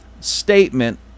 statement